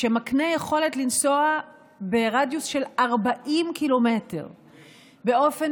שמקנה יכולת לנסוע ברדיוס של 40 ק"מ באופן